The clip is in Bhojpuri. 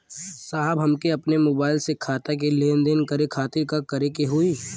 साहब हमके अपने मोबाइल से खाता के लेनदेन करे खातिर का करे के होई?